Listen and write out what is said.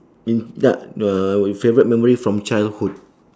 mm ya the your favourite memory from childhood